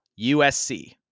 USC